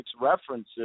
references